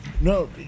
No